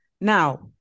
Now